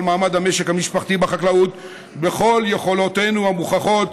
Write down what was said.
מעמד המשק המשפחתי בחקלאות בכל יכולותינו המוכחות,